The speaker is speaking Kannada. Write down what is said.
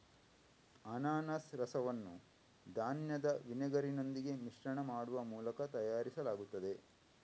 ಅನಾನಸ್ ರಸವನ್ನು ಧಾನ್ಯದ ವಿನೆಗರಿನೊಂದಿಗೆ ಮಿಶ್ರಣ ಮಾಡುವ ಮೂಲಕ ತಯಾರಿಸಲಾಗುತ್ತದೆ